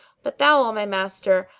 but thou, o my master,